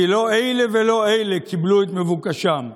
כי לא אלה ולא אלה קיבלו את מבוקשם: